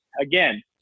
again